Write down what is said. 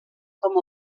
com